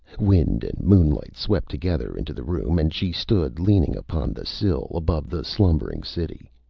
wind and moonlight swept together into the room, and she stood leaning upon the sill, above the slumbering city.